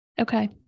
Okay